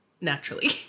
naturally